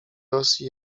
rosji